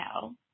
No